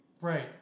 Right